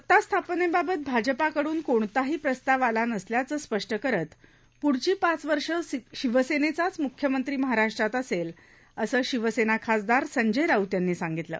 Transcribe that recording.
सत्ता स्थापनेबाबत भाजपाकडून कोणताह विस्ताव आला नसल्याचं स्पष्ट करत पुढच पाच वर्ष शिवसेनेचाच मुख्यमंत्र केहाराष्ट्रात असेल असं शिवसेना खासदार संजय राऊत यांन आंगितलं